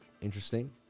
Interesting